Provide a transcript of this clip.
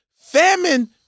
Famine